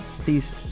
please